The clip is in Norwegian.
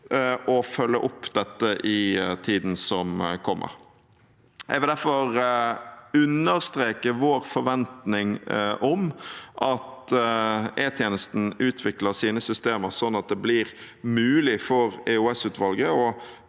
å følge opp dette i tiden som kommer. Jeg vil derfor understreke vår forventning om at E-tjenesten utvikler sine systemer sånn at det blir mulig for EOS-utvalget